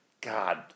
God